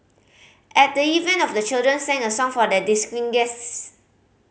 at the event of the children sang a song for their distinguished guest